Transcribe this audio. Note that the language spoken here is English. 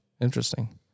Interesting